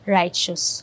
righteous